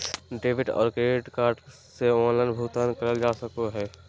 debit और credit card से online भुगतान करल जा सको हय